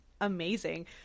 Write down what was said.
amazing